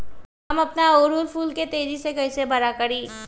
हम अपना ओरहूल फूल के तेजी से कई से बड़ा करी?